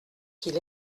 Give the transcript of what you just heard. qu’il